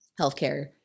healthcare